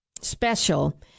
special